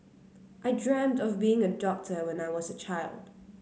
I dreamt of being a doctor when I was a child